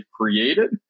created